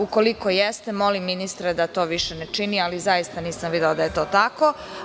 Ukoliko jeste, molim ministra da to više ne čini, ali zaista nisam videla da je to tako.